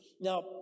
Now